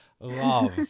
love